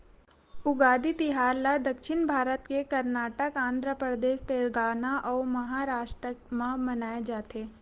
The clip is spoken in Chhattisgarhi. उगादी तिहार ल दक्छिन भारत के करनाटक, आंध्रपरदेस, तेलगाना अउ महारास्ट म मनाए जाथे